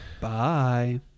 Bye